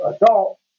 adult